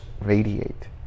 radiate